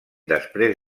després